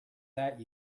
that